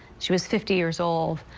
she was fifty years old.